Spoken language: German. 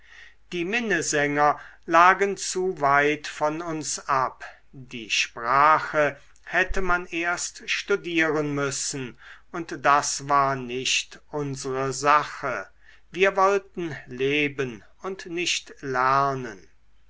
die minnesänger lagen zu weit von uns ab die sprache hätte man erst studieren müssen und das war nicht unsre sache wir wollten leben und nicht lernen